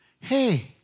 hey